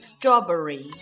Strawberry